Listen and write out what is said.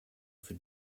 für